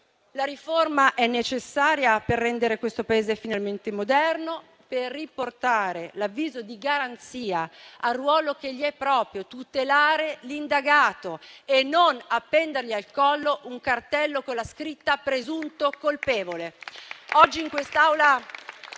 La riforma è necessaria per rendere il Paese finalmente moderno e per riportare l'avviso di garanzia al ruolo che gli è proprio: tutelare l'indagato e non appendergli al collo un cartello con la scritta «presunto colpevole».